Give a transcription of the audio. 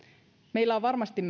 meillä on varmasti